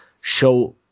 show